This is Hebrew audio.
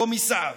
קומיסר,